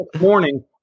Morning